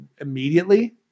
immediately